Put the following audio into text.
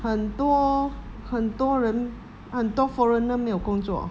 很多很多人很多 foreigner 没有工作